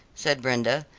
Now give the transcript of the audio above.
said brenda,